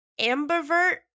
ambivert